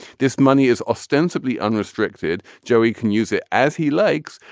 this money is ostensibly unrestricted. joey can use it as he likes.